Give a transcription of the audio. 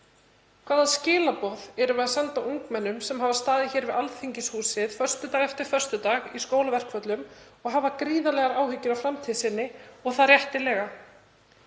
Hvaða skilaboð erum við að senda ungmennum sem hafa staðið hér við Alþingishúsið föstudag eftir föstudag í skólaverkföllum og hafa gríðarlegar áhyggjur af framtíð sinni og það réttilega?